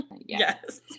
Yes